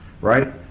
right